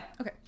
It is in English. Okay